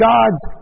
God's